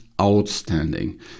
outstanding